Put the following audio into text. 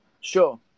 Sure